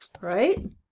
Right